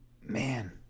man